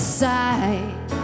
side